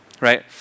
right